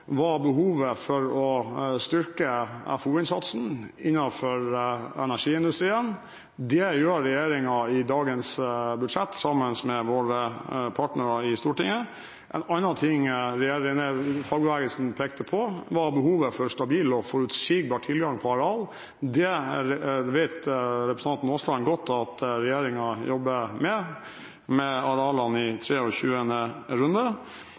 var for det første behovet for å styrke FoU-innsatsen innenfor energiindustrien. Det gjør regjeringen i dagens budsjett, sammen med våre partnere i Stortinget. En annen ting fagbevegelsen pekte på, var behovet for stabil og forutsigbar tilgang på areal. Representanten Aasland vet godt at regjeringen jobber med arealene i 23. runde.